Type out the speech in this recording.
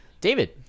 David